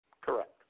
Correct